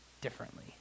differently